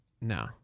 No